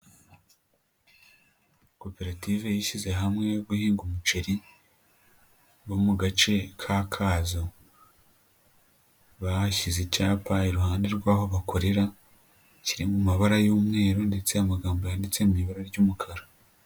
Koperative yishyize hamwe yo guhinga umuceri, wo mu gace ka kazo, bashyize icyapa iruhande rw'aho bakorera, kiri mu mabara y'umweru ndetse amagambo yanditse mu ibara ry'umukara.